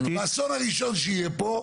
בסוף, הראשון שיהיה פה,